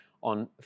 on